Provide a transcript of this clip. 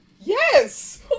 Yes